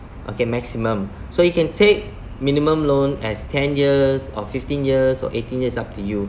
okay maximum so you can take minimum loan as ten years or fifteen years or eighteen years up to you